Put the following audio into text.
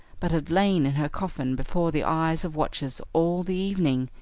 but had lain in her coffin before the eyes of watchers all the evening,